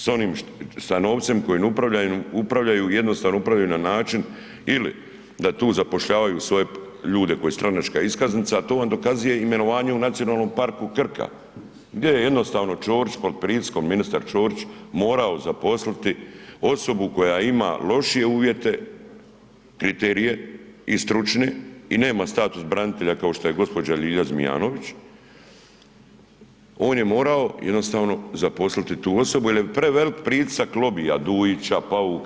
Sa novcem kojim upravljaju jednostavno upravljaju na način ili da tu zapošljavaju svoje ljudi koji su stranačka iskaznica, a to vam dokazuje imenovanje u Nacionalnom parku Krka gdje je jednostavno Ćorić pod pritiskom, ministar Ćorić morao zaposliti osobu koja ima lošije uvjete, kriterije i stručne i nema status branitelja kao što je gospođa Ljilja Zmijanović, on je morao jednostavno zaposliti tu osobu jel je prevelik pritisak lobija Dujića, Pauka.